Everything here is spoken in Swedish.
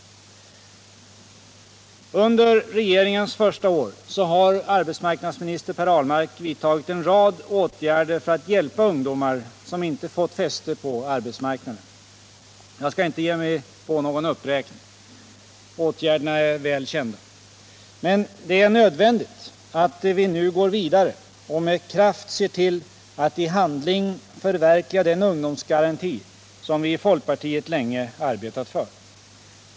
Under regeringens första år har arbetsmarknadsminister Per Ahlmark vidtagit en rad åtgärder för att hjälpa ungdomar som inte fått fäste på arbetsmarknaden. Jag skall inte ge mig på någon uppräkning. Åtgärderna är väl kända. Men det är nödvändigt att vi nu går vidare och med kraft ser till att i handling förverkliga den ungdomsgaranti som vi i folkpartiet länge arbetat för.